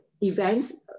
events